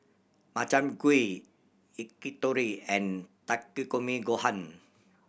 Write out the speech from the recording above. Makchang Gui Yakitori and Takikomi Gohan